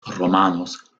romanos